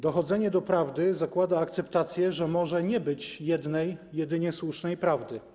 Dochodzenie do prawdy zakłada akceptację, że może nie być jednej jedynie słusznej prawdy.